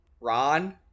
Ron